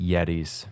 Yetis